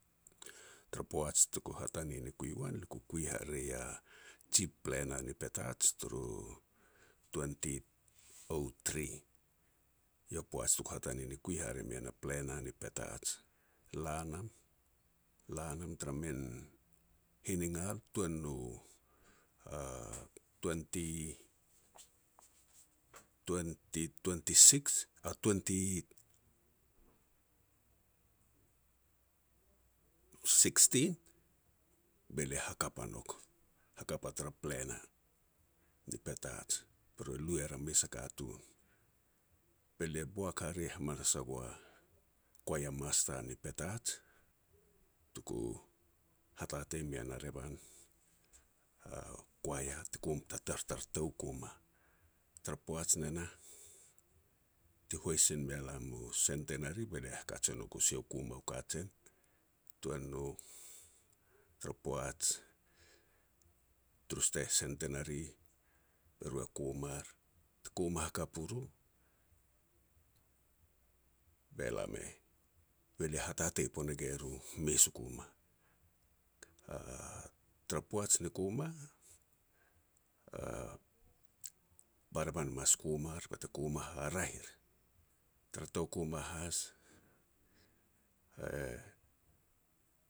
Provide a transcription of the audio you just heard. Tara poats tuku hatane ni kui wan, lia kui kui hare ya Chief Planner ni Petats, turu twenty o tri. Eiau poaj tuku hatane ni kui hare mean a Planner ni Petats. La nam, la nam tara min hinigal tuan no twenty, twenty, twenty six a twenty-sixteen be lia hakap a nouk, hakap a tara Planner ni Petat. Be ru e lu er a mes a katun. Be lia boak hare hamanas a goa Choir Master ni Petats, tuku hatatei mein a revan a choir te kom tar-tar tou Koma. Tara poaj ne nah, ti hois sin mea lam u centinary, be lia kaj e nouk u sia u kuma kajen, tuan no tar poaj turu centinary, be ru e kumar ti koma hakap u ru, be lam e, be lia hatatei pon e ge ru mes u kuma. Tara poaj ni kuma, a barevan e mas kumar bete kuma haraeh er. Tara tou kuma has e